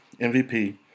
MVP